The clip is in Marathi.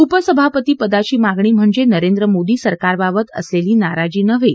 उपसभापतीपदाची मागणी म्हणजे नरेंद्र मोदी सरकाराबाबत असलेली नाराजी नव्हे